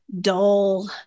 Dull